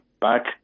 back